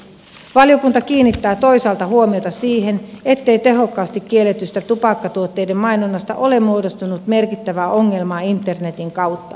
valiokunta kiinnittää toisaalta huomiota siihen ettei tehokkaasti kielletystä tupakkatuotteiden mainonnasta ole muodostunut merkittävää ongelmaa internetin kautta